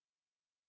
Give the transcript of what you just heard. what